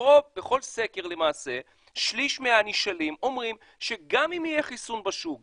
פה בכל סקר שליש מן הנשאלים אומרים שגם אם יהיה חיסון בשוק,